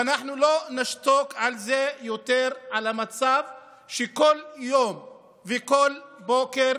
ואנחנו לא נשתוק יותר על המצב שכל יום וכל בוקר